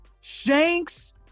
Shanks